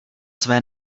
své